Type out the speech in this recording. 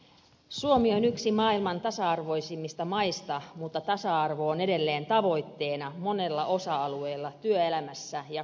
suomi on yksi maailman tasa arvoisimmista maista mutta tasa arvo on edelleen tavoitteena monella osa alueella työelämässä ja kotona